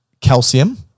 calcium